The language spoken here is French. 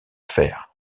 fer